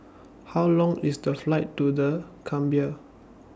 How Long IS The Flight to The Gambia